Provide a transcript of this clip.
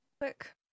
Quick